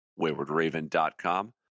waywardraven.com